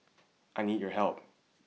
I need your help